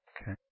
Okay